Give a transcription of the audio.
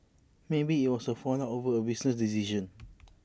maybe IT was A fallout over A business decision